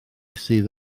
sydd